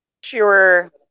Sure